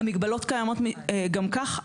המגבלות קיימות גם כך.